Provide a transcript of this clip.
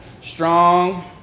strong